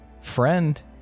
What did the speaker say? friend